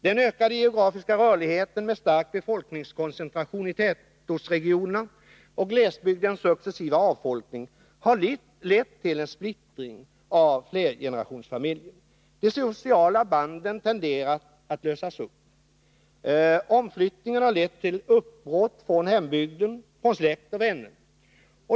Den ökade geografiska rörligheten med stark befolkningskoncentration i tätortsregionerna och glesbygdens successiva avfolkning har lett till en splittring av flergenerationsfamiljen. De sociala banden tenderar att lösas upp. Omflyttningen har lett till uppbrott från hembygden, från släkt och vänner.